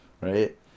right